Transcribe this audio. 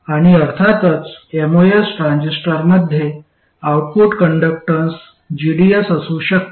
आणि अर्थातच एमओएस ट्रान्झिस्टरमध्ये आउटपुट कंडक्टन्स gds असू शकते